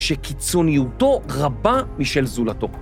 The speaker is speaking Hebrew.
שקיצוניותו רבה משל זולתו.